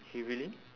heavily